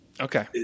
Okay